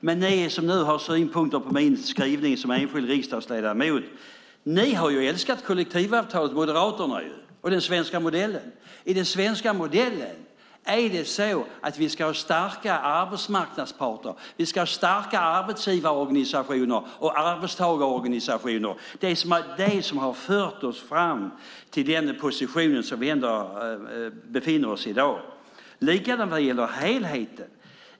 Men ni som nu har synpunkter på min skrivning som enskild riksdagsledamot har ju älskat kollektivavtalen och den svenska modellen. I den svenska modellen ska vi ha starka arbetsmarknadsparter. Vi ska ha starka arbetsgivarorganisationer och arbetstagarorganisationer. Det är det som har fört oss fram till den position som vi befinner oss i i dag. Likadant är det när det gäller helheten.